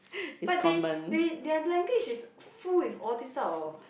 but they they their language is full with all this type of